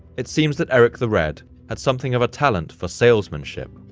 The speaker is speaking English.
it seems that erik the red had something of a talent for salesmanship,